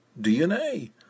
DNA